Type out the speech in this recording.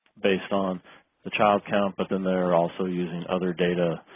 based on the child count but then they're also using other data